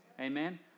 Amen